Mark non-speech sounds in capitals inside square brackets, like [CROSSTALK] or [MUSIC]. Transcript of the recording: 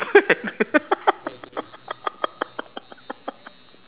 paddle [LAUGHS]